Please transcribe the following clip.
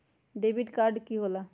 Debit card की होला?